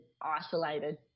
isolated